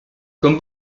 comme